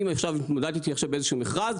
אני התמודדתי במכרז,